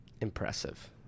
Impressive